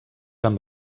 amb